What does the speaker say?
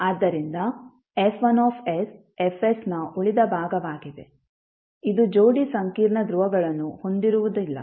ಆದ್ದರಿಂದ F1 Fನ ಉಳಿದ ಭಾಗವಾಗಿದೆ ಇದು ಜೋಡಿ ಸಂಕೀರ್ಣ ಧ್ರುವಗಳನ್ನು ಹೊಂದಿರುವುದಿಲ್ಲ